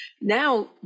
Now